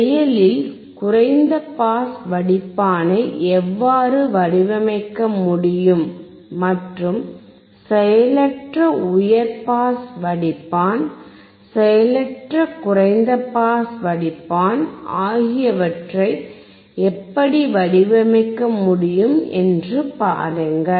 செயலில் குறைந்த பாஸ் வடிப்பானை எவ்வாறு வடிவமைக்க முடியும் மற்றும் செயலற்ற உயர் பாஸ் வடிப்பான் செயலற்ற குறைந்த பாஸ் வடிப்பான் ஆகியவற்றை எப்படி வடிவமைக்க முடியும் என்று பாருங்கள்